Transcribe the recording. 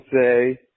say